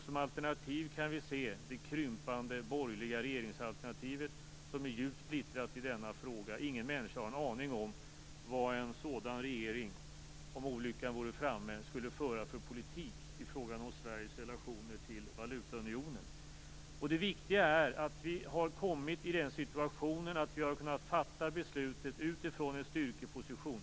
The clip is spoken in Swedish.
Som alternativ kan vi se det krympande borgerliga regeringsalternativet, som är djupt splittrat i denna fråga. Ingen människa har en aning om vad en sådan regering, om olyckan vore framme, skulle föra för politik i frågan om Sveriges relationer till valutaunionen. Det viktiga är att vi har hamnat i den situationen att vi har kunnat fatta beslutet utifrån en styrkeposition.